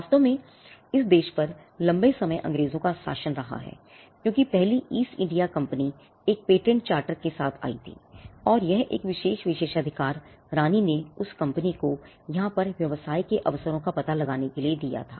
वास्तव में इस देश पर लंबे समय तक अंग्रेजों का शासन रहा था क्योंकि पहली कंपनी ईस्ट इंडिया कंपनी के साथ आई थी और यह एक विशेष विशेषाधिकार रानी ने उस कंपनी को यहाँ पर व्यवसाय के अवसरों का पता लगाने के लिए दिया था